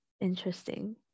Interesting